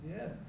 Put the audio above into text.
Yes